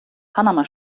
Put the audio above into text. panama